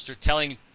telling